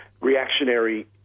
reactionary